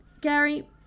Gary